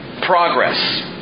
Progress